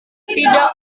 tidak